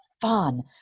fun